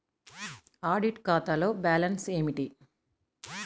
Audit ఖాతాలో balance ఏమిటీ?